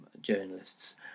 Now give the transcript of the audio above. journalists